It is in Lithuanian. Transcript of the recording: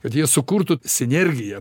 kad jie sukurtų sinergiją